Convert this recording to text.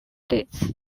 dates